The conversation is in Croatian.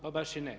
Pa baš i ne.